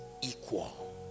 equal